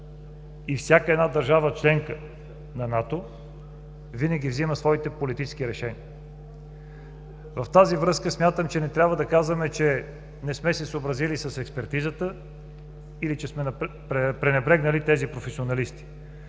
и всяка една държава-членка на НАТО, винаги взима своите политически решения. В тази връзка смятам, че не трябва да казваме, че не сме се съобразили с експертизата или че сме пренебрегнали тези професионалисти,